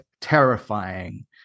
terrifying